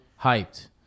hyped